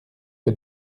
que